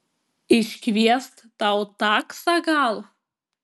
iškviest tau taksą gal